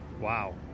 Wow